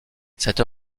cette